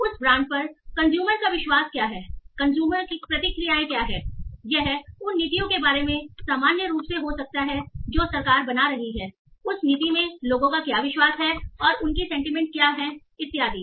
उस ब्रांड पर कंजयूमर का विश्वास क्या है कंजयूमर की प्रतिक्रियाएँ क्या हैं यह उन नीतियों के बारे में सामान्य रूप से हो सकता है जो सरकार बना रही है उस नीति में लोगों का क्या विश्वास है और उनकी सेंटीमेंट क्या हैं इत्यादि